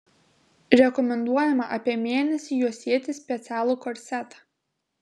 rekomenduojama apie mėnesį juosėti specialų korsetą